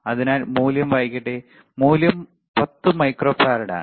അതിനാൽ മൂല്യം വായിക്കട്ടെ മൂല്യം 10 മൈക്രോഫറാഡാണ്